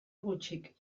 gutxik